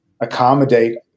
accommodate